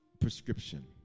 prescription